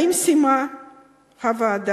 האם סיימה הוועדה